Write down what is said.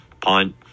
punt